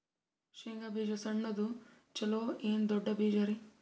ಶೇಂಗಾ ಬೀಜ ಸಣ್ಣದು ಚಲೋ ಏನ್ ದೊಡ್ಡ ಬೀಜರಿ?